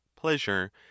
pleasure